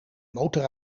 motor